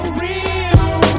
real